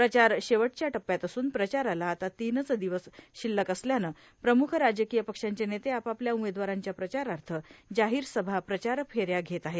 प्रचार शेवटच्या टप्प्यात असून प्रचाराला आता तीनच र्दिवस शिल्लक असल्यानं प्रम्ख राजकीय पक्षांचे नेते आपापल्या उमेदवारांच्या प्रचाराथ जाहीरसभा प्रचारफेऱ्या घेत आहेत